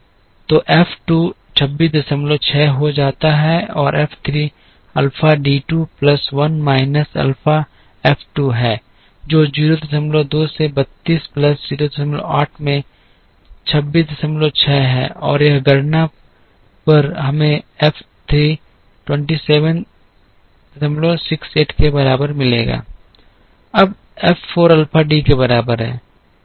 तो एफ 2 266 हो जाता है और F 3 alpha D 2 plus 1 minus alpha F 2 है जो 02 से 32 प्लस 08 में 266 है और यह गणना पर हमें एफ 3 2768 के बराबर मिलेगा अब एफ 4 अल्फा डी के बराबर है